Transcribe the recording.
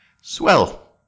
Swell